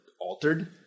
altered